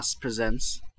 presents